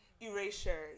erasure